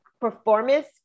performance